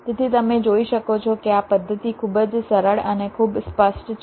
તેથી તમે જોઈ શકો છો કે આ પદ્ધતિ ખૂબ જ સરળ અને ખૂબ સ્પષ્ટ છે